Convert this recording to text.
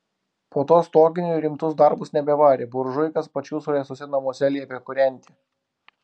po to stoginių į rimtus darbus nebevarė buržuikas pačių suręstuose namuose liepė kūrenti